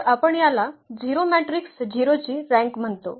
तर आपण याला 0 मॅट्रिक्स 0 ची रँक म्हणतो